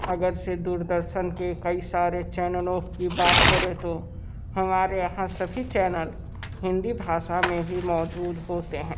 अगरचे दूरदर्शन के कई सारे चैनलों की बात करें तो हमारे यहाँ सभी चैनल हिंदी भाशा में ही मौजूद होते हैं